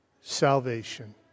salvation